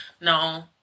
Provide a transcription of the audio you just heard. No